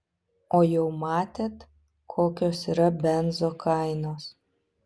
o jau matėt kokios yra benzo kainos